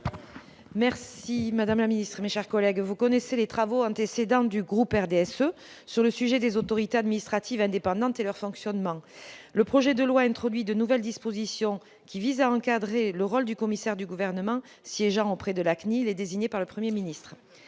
madame la ministre, mes chers collègues, les travaux antérieurs du groupe du RDSE sur les autorités administratives indépendantes et leur fonctionnement. Le projet de loi introduit de nouvelles dispositions visant à encadrer le rôle du commissaire du Gouvernement siégeant auprès de la CNIL et désigné par le Premier ministre.